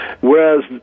whereas